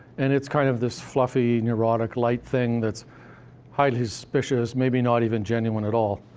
and it's kind of this fluffy, neurotic light thing that's highly suspicious, maybe not even genuine at all.